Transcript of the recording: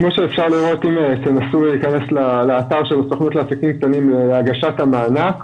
כפי שניתן לראות אם תנסו להיכנס לאתר של העסקים הקטנים להגשת המענק,